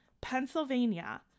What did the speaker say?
Pennsylvania